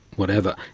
whatever.